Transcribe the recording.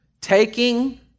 taking